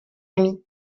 ami